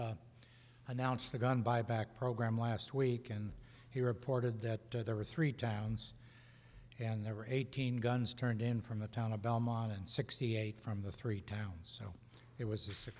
announced the gun buyback program last week and he reported that there were three towns and there were eighteen guns turned in from a town about mon and sixty eight from the three towns so it was